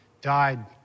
died